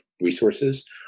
resources